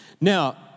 Now